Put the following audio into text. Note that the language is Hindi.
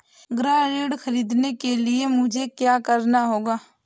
गृह ऋण ख़रीदने के लिए मुझे क्या करना होगा?